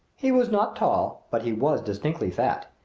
he was not tall, but he was distinctly fat.